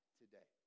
today